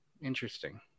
Interesting